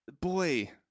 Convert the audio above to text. boy